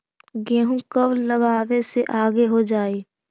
गेहूं कब लगावे से आगे हो जाई?